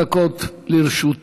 חמש דקות לרשותך.